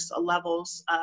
levels